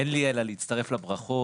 אין לי אלא להצטרף לברכות,